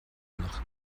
noch